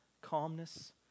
calmness